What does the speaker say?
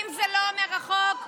זה לא מה שאומר החוק.